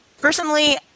personally